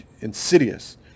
Insidious